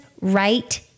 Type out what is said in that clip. right